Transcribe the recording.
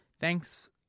Thanks